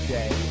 day